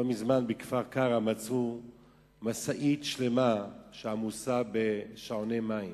לא מזמן מצאו בכפר-קרע משאית שלמה עמוסה בשעוני מים.